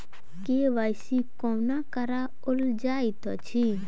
KYC कोना कराओल जाइत अछि?